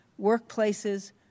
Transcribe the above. workplaces